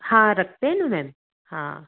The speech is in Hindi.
हाँ रखते है न मैम हाँ